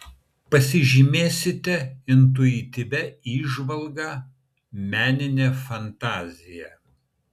pasižymėsite intuityvia įžvalga menine fantazija